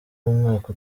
umwaka